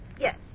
Yes